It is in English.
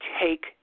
take